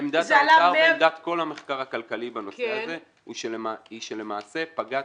עמדת האוצר ועמדת כל המחקר הכלכלי בנושא הזה היא שלמעשה פגעת